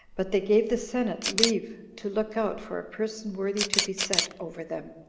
but they gave the senate leave to look out for a person worthy to be set over them,